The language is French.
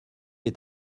est